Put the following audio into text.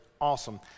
awesome